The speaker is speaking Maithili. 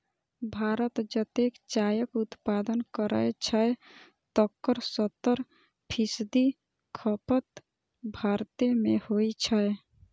भारत जतेक चायक उत्पादन करै छै, तकर सत्तर फीसदी खपत भारते मे होइ छै